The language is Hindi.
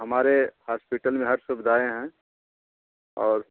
हमारे हास्पिटल में हर सुविधाएँ हैं और